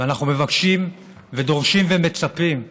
ואנחנו מבקשים ודורשים ומצפים,